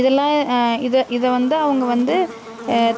இதெல்லாம் இதை இதை வந்து அவங்க வந்து